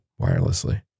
wirelessly